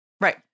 Right